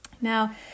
now